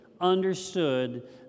understood